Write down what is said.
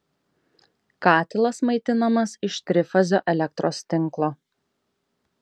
katilas maitinamas iš trifazio elektros tinklo